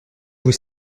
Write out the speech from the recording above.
vous